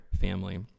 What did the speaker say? family